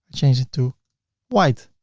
change it to white.